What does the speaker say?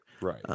right